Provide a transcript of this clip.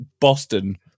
Boston